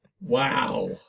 Wow